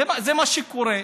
זה מה שקורה.